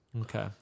Okay